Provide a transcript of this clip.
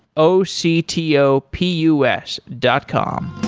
o c t o p u s dot com